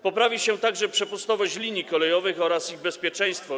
Poprawi się także przepustowość linii kolejowych oraz ich bezpieczeństwo.